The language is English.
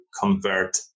convert